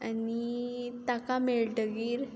आनी ताका मेळटगीर